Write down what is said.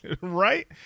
Right